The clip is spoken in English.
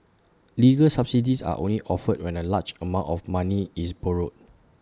legal subsidies are only offered when A large amount of money is borrowed